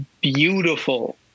beautiful